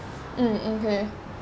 uh okay